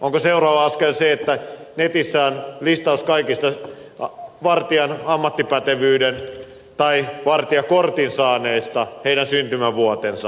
onko seuraava askel se että netissä on listaus kaikista vartijan ammattipätevyyden tai vartijakortin saaneista heidän syntymävuotensa